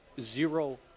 zero